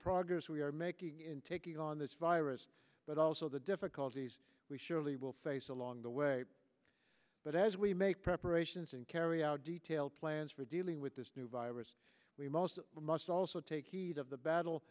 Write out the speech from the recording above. progress we are making in taking on this virus but also the difficulties we surely will face along the way but as we make preparations and carry out detailed plans for dealing with this new virus we most must also take heed of the battle